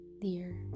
Dear